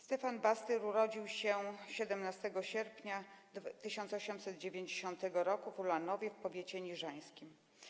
Stefan Bastyr urodził się 17 sierpnia 1890 r. w Ulanowie w powiecie niżańskim.